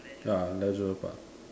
ya Leisure Park